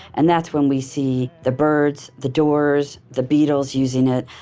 and that's when we see the byrds, the doors, the beatles using it.